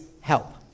help